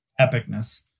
epicness